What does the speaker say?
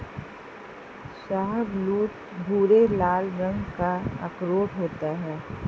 शाहबलूत भूरे लाल रंग का अखरोट होता है